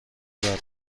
دارم